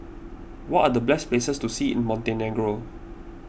what are the best places to see in Montenegro